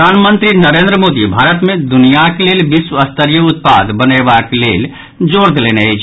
प्रधानमंत्री नरेन्द्र मोदी भारत मे दुनियाक लेल विश्व स्तरीय उत्पाद बनाबय लेल जोर देलनि अछि